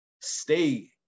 stay